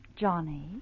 Johnny